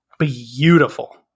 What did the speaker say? beautiful